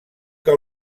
que